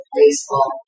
baseball